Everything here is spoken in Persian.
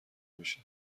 میشه